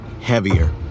heavier